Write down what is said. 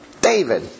David